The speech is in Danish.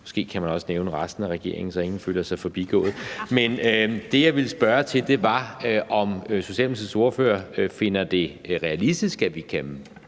Måske kan man også nævne resten af regeringen, så ingen føler sig forbigået. Men det, jeg ville spørge til, var, om Socialdemokratiets ordfører finder det realistisk, at vi kan